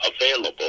available